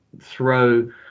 throw